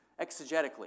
exegetically